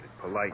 polite